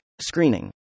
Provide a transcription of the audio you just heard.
screening